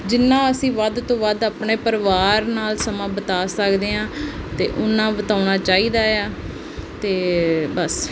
ਜਿੰਨਾ ਅਸੀਂ ਵੱਧ ਤੋਂ ਵੱਧ ਆਪਣੇ ਪਰਿਵਾਰ ਨਾਲ ਸਮਾਂ ਬਿਤਾ ਸਕਦੇ ਹਾਂ ਅਤੇ ਓਨਾ ਬਿਤਾਉਣਾ ਚਾਹੀਦਾ ਆ ਅਤੇ ਬਸ